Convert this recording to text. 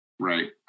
Right